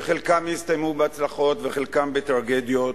שחלקם הסתיימו בהצלחות וחלקם בטרגדיות,